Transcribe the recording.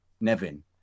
Nevin